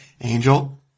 Angel